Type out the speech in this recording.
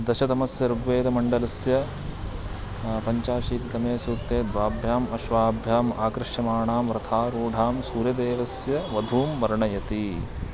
दशतमस्य ऋग्वेदमण्डलस्य पञ्चाशीतितमे सूक्ते द्वाभ्याम् अश्वाभ्याम् आकृष्यमाणां रथारूढां सूर्यदेवस्य वधूं वर्णयति